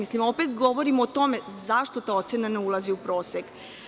Opet govorimo o tome zašto ta ocena ne ulazi u prosek.